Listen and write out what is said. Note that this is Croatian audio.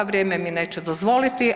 Vrijeme mi neće dozvoliti.